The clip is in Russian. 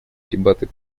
дебаты